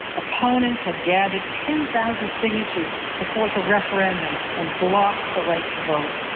opponents had gathered ten thousand signatures to force a referendum and block the right to vote.